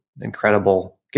incredible